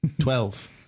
Twelve